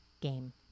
game